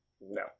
No